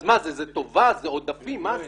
אז מה זה, זה טובה, זה עודפים, מה זה?